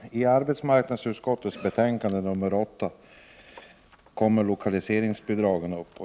Herr talman! I arbetsmarknadsutskottets betänkande nr 8 kommer lokaliseringsbidragen upp.